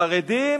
החרדים